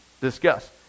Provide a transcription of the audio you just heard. discuss